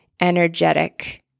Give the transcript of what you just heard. energetic